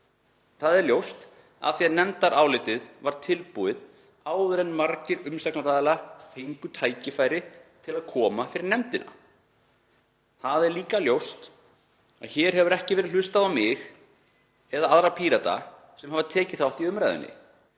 umsagnaraðila af því að nefndarálitið var tilbúið áður en margir umsagnaraðila fengu tækifæri til að koma fyrir nefndina. Það er líka ljóst að hér hefur ekki verið hlustað á mig eða aðra Pírata sem hafa tekið þátt í umræðunni